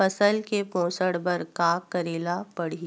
फसल के पोषण बर का करेला पढ़ही?